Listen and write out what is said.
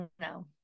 No